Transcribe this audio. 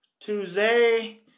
Tuesday